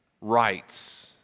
rights